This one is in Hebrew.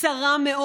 קצרה מאוד.